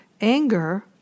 Anger